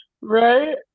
Right